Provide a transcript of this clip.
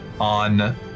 on